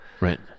Right